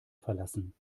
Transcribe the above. verlassen